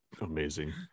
amazing